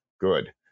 good